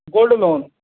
gold loan